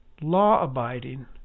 law-abiding